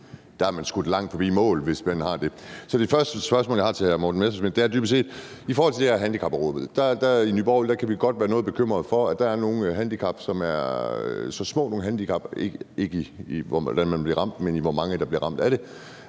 at man har skudt langt forbi målet, hvis man tror det. Så det første spørgsmål, jeg har til hr. Morten Messerschmidt, er dybest set i forhold til de her handicapråd. I Nye Borgerlige kan vi godt være noget bekymret for, at det for nogle små handicap – ikke, hvordan man bliver ramt, men hvor mange der bliver ramt af det